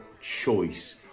choice